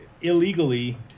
illegally